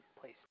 please